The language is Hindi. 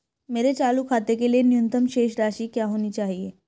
मेरे चालू खाते के लिए न्यूनतम शेष राशि क्या होनी चाहिए?